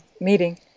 meeting